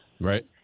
Right